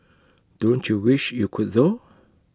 don't you wish you could though